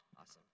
Awesome